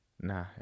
Nah